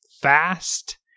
fast